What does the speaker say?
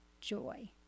joy